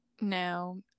No